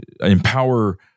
empower